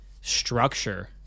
structure